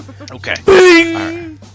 okay